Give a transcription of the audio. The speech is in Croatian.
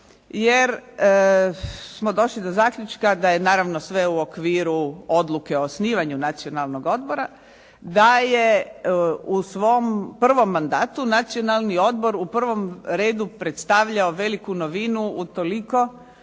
jer smo došli do zaključka da je naravno sve u okviru odluke o osnivanju Nacionalnog odbora da je u svom prvom mandatu Nacionalni odbor u prvom redu predstavljao veliku novinu u toliko